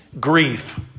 Grief